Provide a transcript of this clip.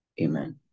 Amen